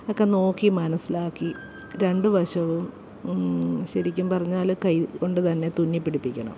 ഒക്കെ നോക്കി മനസ്സിലാക്കി രണ്ടു വശവും ശരിക്കും പറഞ്ഞാൽ കൈ കൊണ്ട് തന്നെ തുന്നി പിടിപ്പിക്കണം